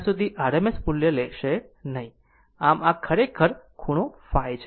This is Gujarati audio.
આમ આ ખરેખર V ખૂણો ϕ છે